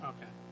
Okay